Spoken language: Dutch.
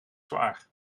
zwaar